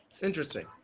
Interesting